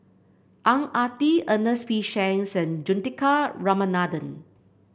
Ang Ah Tee Ernest P Juthika Ramanathan